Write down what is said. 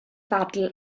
ddadl